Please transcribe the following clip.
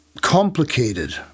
complicated